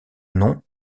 nom